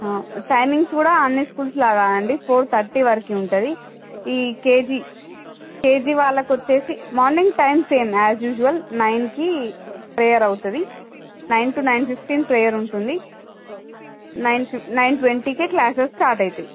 timings కూడా అన్ని schools లాగా అండి ఫోర్ థర్టీ వరకే ఉంటుంది ఈ కేజీ కేజీ వాళ్ళకు వచ్చేసి morning time same as usual నైన్కి ప్రేయర్ అవుతుంది nine to nine fifteen prayer ఉంటుంది నైన్ ట్వంటీకే క్లాసెస్ స్టార్ట్ అయితాయి